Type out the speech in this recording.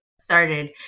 started